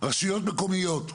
רשויות מקומיות.